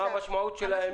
מה המשמעות של הימים?